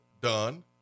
done